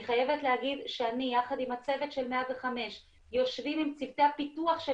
אני חייבת להגיד שאני יחד עם הצוות של 105 יושבים עם צוותי הפיתוח של